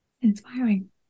inspiring